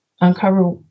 uncover